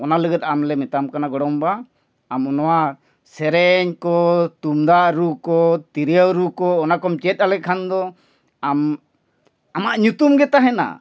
ᱚᱱᱟ ᱞᱟᱹᱜᱤᱫ ᱟᱢᱞᱮ ᱢᱮᱛᱟᱢ ᱠᱟᱱᱟ ᱜᱚᱲᱚᱢᱵᱟ ᱟᱢ ᱱᱚᱣᱟ ᱥᱮᱨᱮᱧ ᱠᱚ ᱛᱩᱢᱫᱟᱜ ᱨᱩ ᱠᱚ ᱛᱤᱨᱭᱳ ᱨᱩ ᱠᱚ ᱚᱱᱟ ᱠᱚᱢ ᱪᱮᱫ ᱟᱞᱮ ᱠᱷᱟᱱ ᱫᱚ ᱟᱢ ᱟᱢᱟᱜ ᱧᱩᱛᱩᱢ ᱜᱮ ᱛᱟᱦᱮᱱᱟ